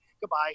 goodbye